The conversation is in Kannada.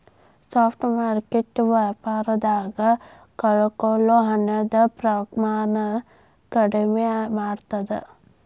ಸ್ಪಾಟ್ ಮಾರುಕಟ್ಟೆ ವ್ಯಾಪಾರದಾಗ ಕಳಕೊಳ್ಳೊ ಹಣದ ಪ್ರಮಾಣನ ಕಡ್ಮಿ ಮಾಡ್ತದ